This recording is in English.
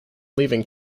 leaving